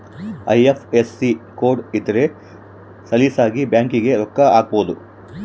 IFSC code ಇದ್ರ ಸಲೀಸಾಗಿ ಬ್ಯಾಂಕಿಗೆ ರೊಕ್ಕ ಹಾಕ್ಬೊದು